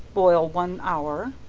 boil one hour,